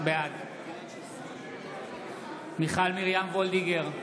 בעד מיכל מרים וולדיגר,